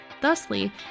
thusly